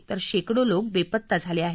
तर शेकडो लोक बेपत्ता झाले आहे